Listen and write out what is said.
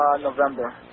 November